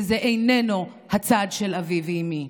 וזה איננו הצד של אבי ואימי.